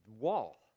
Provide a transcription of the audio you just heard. wall